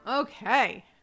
Okay